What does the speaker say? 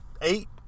Eight